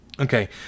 Okay